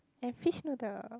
and fish noodle